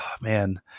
man